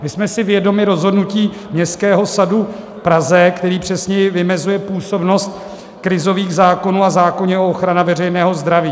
My jsme si vědomi rozhodnutí Městského soudu v Praze, který přesněji vymezuje působnost krizových zákonů a v zákoně o ochraně veřejného zdraví.